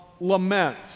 lament